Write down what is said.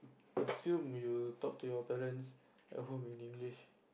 assume you talk to your parents at home in english